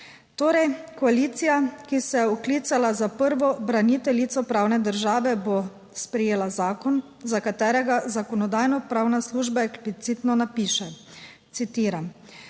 Torej, koalicija, ki se je oklicala za prvo braniteljico pravne države, bo sprejela zakon za katerega Zakonodajno-pravna služba eksplicitno napiše, citiram: